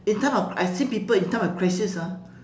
in time of I've seen people in time of crisis ah